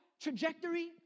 Trajectory